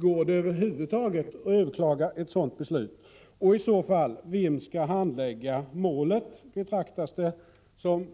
Går det över huvud taget att överklaga ett sådant beslut, och vem skall i så fall handlägga målet? Betraktas det som